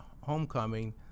homecoming